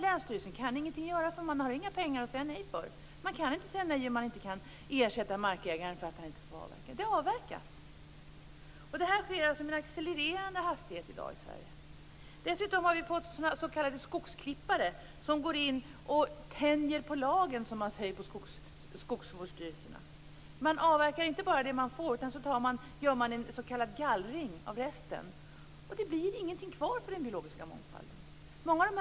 Länsstyrelsen kan ingenting göra. Man har nämligen inga pengar att säga nej för. Man kan inte säga nej om man inte kan ersätta markägaren för att han inte får avverka. Det avverkas, och det sker med accelererande hastighet i Sverige i dag. Dessutom har vi fått s.k. skogsklippare som tänjer på lagen, som man säger på skogsvårdsstyrelserna. De avverkar inte bara det de får, utan de gör också en gallring av resten. Det blir ingenting kvar för den biologiska mångfalden.